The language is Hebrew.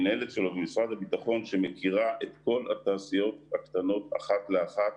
במשרד הביטחון מכירה את כל התעשיות הקטנות אחת לאחת